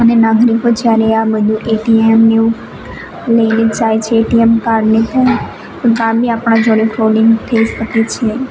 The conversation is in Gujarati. અને નાગરિકો જ્યારે આ બધું એટીએમને એવું લઈને જાય છે એટીએમ કાર્ડનેતો કાયમી આપણા જોડે ફ્રોડ થઇ શકે છે